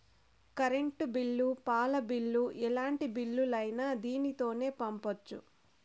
current bill పాల bill ఎలాంటి బిల్లులైనా దీనితోనే పంపొచ్చు